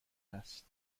هست